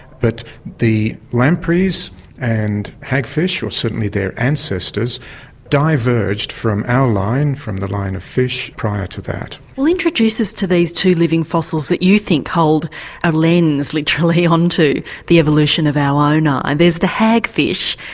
but the lampreys and hagfish or certainly their ancestors diverged from our line, from the line of fish, prior to that. introduce us to these two living fossils that you think hold a lens, literally, onto the evolution of our own eyes. ah and there's the hagfish,